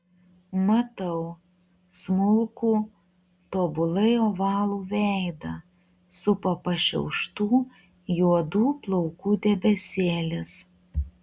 matau smulkų tobulai ovalų veidą supo pašiauštų juodų plaukų debesėlis